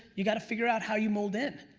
you gotta figure out how you mold in,